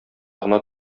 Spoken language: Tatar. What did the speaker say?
гына